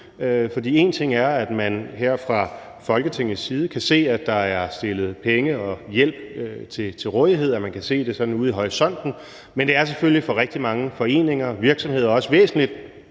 For én ting er, at man her fra Folketingets side kan se, at der er stillet penge og hjælp til rådighed, altså at man kan se det sådan ude i horisonten, men det er selvfølgelig for rigtig mange foreninger og virksomheder også væsentligt,